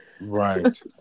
Right